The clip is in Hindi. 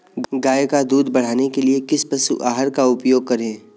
गाय का दूध बढ़ाने के लिए किस पशु आहार का उपयोग करें?